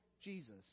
Jesus